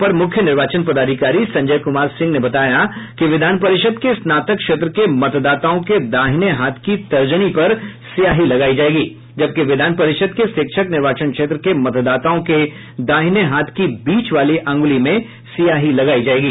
अपर मुख्य निर्वाचन पदाधिकारी संजय कुमार सिंह ने बताया कि विधान परिषद के स्नातक क्षेत्र के मतदाताओं के दाहिने हाथ की तर्जनी पर स्याही लगायी जायेगी जबकि विधान परिषद के शिक्षक निर्वाचन क्षेत्र के मतदाताओं के दाहिने हाथ की बीच वाली अंगुली में स्याही लगायी जायेगी